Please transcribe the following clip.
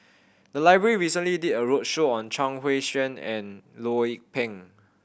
the library recently did a roadshow on Chuang Hui Tsuan and Loh Lik Peng